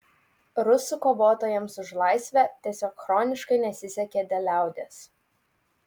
rusų kovotojams už laisvę tiesiog chroniškai nesisekė dėl liaudies